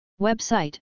Website